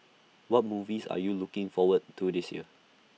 what movies are you looking forward to this year